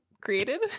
created